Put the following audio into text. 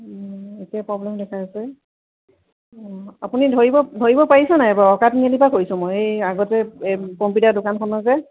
একেই প্ৰব্লেম দেখাইছে আপুনি ধৰিব ধৰিব পাৰিছে নাই বাৰু অকা তিনি আলিৰ পৰা কৈছোঁ মই এই আগতে এই কম্পিউটাৰ দোকানখনৰ যে